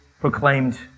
Proclaimed